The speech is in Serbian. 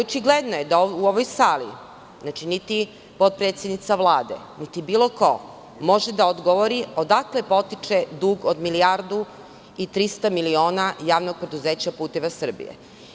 Očigledno je da u ovoj sali niti potpredsednica Vlade, niti bilo ko može da odgovori odakle potiče dug od milijardu i 300 miliona Javnog preduzeća "Puteva Srbije"